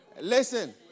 Listen